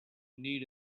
need